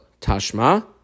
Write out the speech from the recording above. tashma